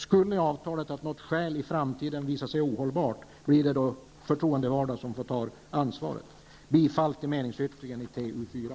Skulle avtalet av något skäl i framtiden visa sig ohållbart, blir det de förtroendevalda som får ta det ansvaret. Jag yrkar bifall till meningsyttringen i TU4.